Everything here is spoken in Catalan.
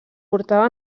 portava